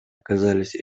оказались